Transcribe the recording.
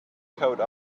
code